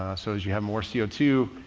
so as you have more c o two,